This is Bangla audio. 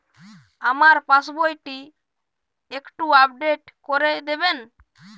আমার পাসবই টি একটু আপডেট করে দেবেন?